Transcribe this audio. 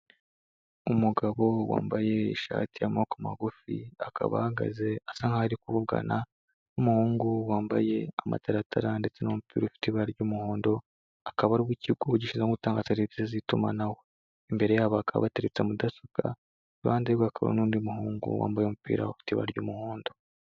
Umugabo wambaye ishati y'amaboko magufi, akaba ahagaze asa nkaho ari kuvugana n'umuhungu wambaye amataratara ndetse n'umupira ufite ibara ry'umuhondo, akaba ari uw'ikigo gishinzwe gutanga serivise z'itumanaho. Imbere yabo hakaba hateretse mudasobwa, iruhande rwe hakaba harri n'undi muhungu wambaye umupira ufite ibara ry'umuhondo.